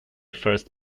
first